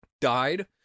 died